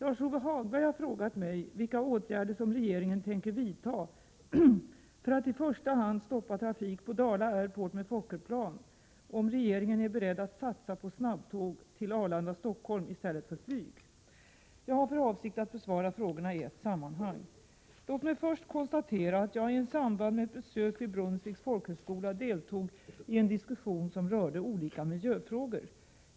Jag har för avsikt att besvara frågorna i ett sammanhang. Låt mig först konstatera att jag i samband med ett besök vid Brunnsviks folkhögskola deltog i en diskussion som rörde olika miljöfrågor.